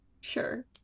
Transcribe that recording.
Sure